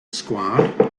sgwâr